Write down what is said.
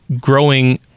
growing